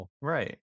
Right